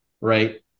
right